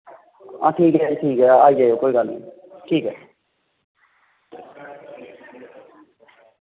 हां ठीक ऐ ठीक ऐ आई जाओ कोई गल्ल नेईं ठीक ऐ